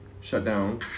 shutdown